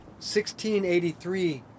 1683